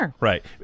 Right